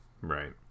Right